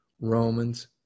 Romans